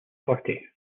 party